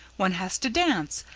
one has to dance,